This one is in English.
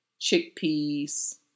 chickpeas